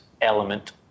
element